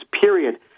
period